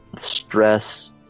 stress